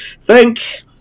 Thank